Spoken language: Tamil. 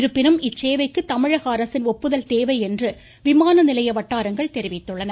இருப்பினும் இச்சேவைக்கு தமிழக அரசின் ஒப்புதல் தேவை என்று விமான நிலைய வட்டாரங்கள் தெரிவித்துள்ளன